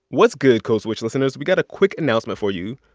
what's good, code switch listeners? we got a quick announcement for you.